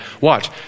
Watch